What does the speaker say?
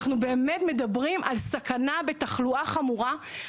אנחנו באמת מדברים על סכנה בתחלואה חמורה.